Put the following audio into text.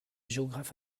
géographes